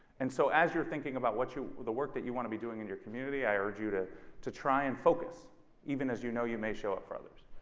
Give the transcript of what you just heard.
and so as you're thinking about what you the work that you want to be doing in your community, i urge you to to try and focus even as you know you may show up for others.